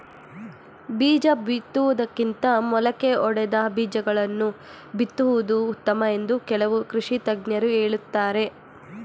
ಬೀಜ ಬಿತ್ತುವುದಕ್ಕಿಂತ ಮೊಳಕೆ ಒಡೆದ ಬೀಜಗಳನ್ನು ಬಿತ್ತುವುದು ಉತ್ತಮ ಎಂದು ಕೆಲವು ಕೃಷಿ ತಜ್ಞರು ಹೇಳುತ್ತಾರೆ